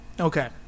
Okay